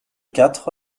quatre